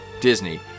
Disney